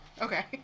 Okay